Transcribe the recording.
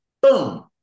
Boom